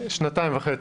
שנתיים וחצי.